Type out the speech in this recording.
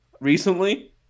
recently